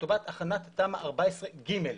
לטובת הכנת תמ"א 14/ג,